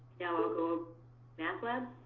i'll go mathlab.